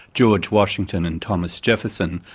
george washington and thomas jefferson,